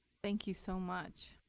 thank you so much.